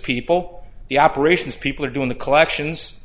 people the operations people are doing the collections